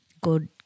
Good